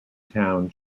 town